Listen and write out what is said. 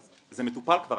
אז זה מטופל כבר,